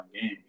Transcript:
game